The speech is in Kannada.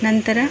ನಂತರ